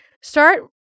Start